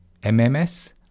MMS